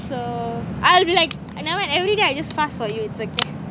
so I would be like nevermind I everyday I just fast for you it's okay